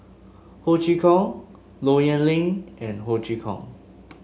Ho Chee Kong Low Yen Ling and Ho Chee Kong